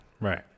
Right